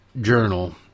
Journal